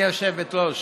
גברתי היושבת-ראש,